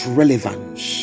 relevance